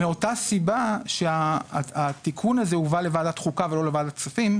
מאותה סיבה שהתיקון הזה הובא לוועדת חוקה ולא לוועדת כספים,